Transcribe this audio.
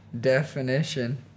definition